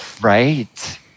right